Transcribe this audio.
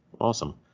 Awesome